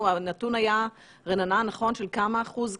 הנתון היה, רננה, של כמה אחוז?